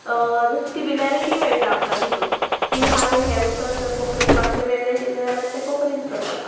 जशी सिमिलेरिटी मेळटा आमकां तितून की हे हें उतर जर कोंकणीन भाशे वेगळे केले जाल्यार ते कोंकणींत उतर जाता